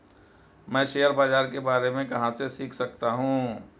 मैं शेयर बाज़ार के बारे में कहाँ से सीख सकता हूँ?